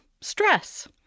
Stress